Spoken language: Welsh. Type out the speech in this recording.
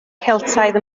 geltaidd